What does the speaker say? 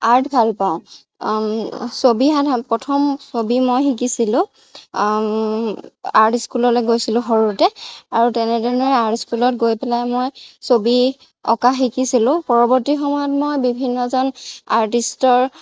art ভাল পাওঁ ছবি প্ৰথম ছবি মই শিকিছিলোঁ আৰ্ট স্কুললৈ গৈছিলোঁ সৰুতে আৰু তেনেদৰে আৰ্ট স্কুলত গৈ পেলাই মই ছবি অঁকা শিকিছিলোঁ পৰৱৰ্তী সময়ত মই বিভিন্নজন আৰ্টিষ্টৰ